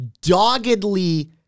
doggedly